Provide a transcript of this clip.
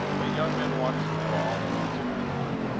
but young men want to know all that is going on.